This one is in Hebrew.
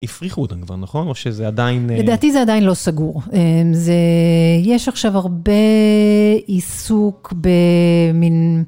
הפריכו אותן כבר, נכון? או שזה עדיין... לדעתי זה עדיין לא סגור. יש עכשיו הרבה עיסוק במין...